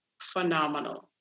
phenomenal